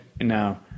Now